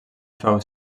feu